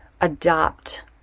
adopt